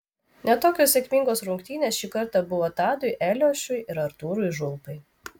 ne tokios sėkmingos rungtynės šį kartą buvo tadui eliošiui ir artūrui žulpai